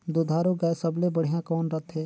दुधारू गाय सबले बढ़िया कौन रथे?